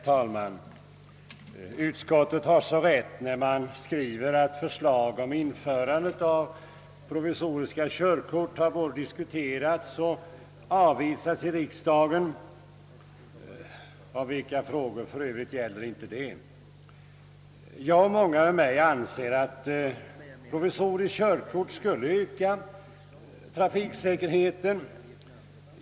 Herr talman! Det är riktigt som utskottet skriver, att förslag om införande av provisoriska körkort både har diskuterats och avvisats av riksdagen — och om vilka frågor gäller inte det för övrigt? Jag och många med mig anser att provisoriska körkort skulle öka trafiksäkerheten.